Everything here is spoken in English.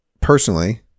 personally